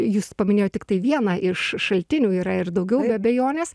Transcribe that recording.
jūs paminėjot tiktai vieną iš šaltinių yra ir daugiau be abejonės